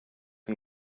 and